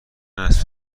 است